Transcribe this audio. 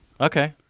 Okay